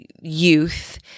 youth